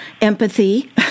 empathy